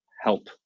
help